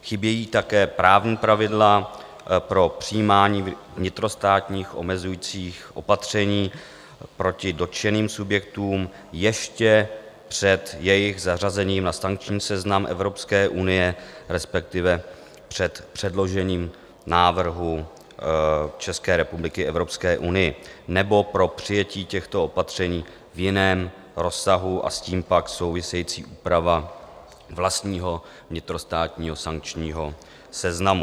Chybějí také právní pravidla pro přijímání vnitrostátních omezujících opatření proti dotčeným subjektům ještě před jejich zařazením na sankční seznam Evropské unie, respektive před předložením návrhu České republiky Evropské unii, nebo pro přijetí těchto opatření v jiném rozsahu a s tím pak související úprava vlastního vnitrostátního sankčního seznamu.